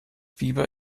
fieber